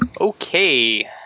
Okay